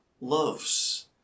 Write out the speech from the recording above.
loves